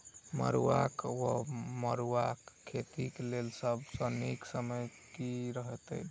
मरुआक वा मड़ुआ खेतीक लेल सब सऽ नीक समय केँ रहतैक?